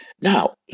Now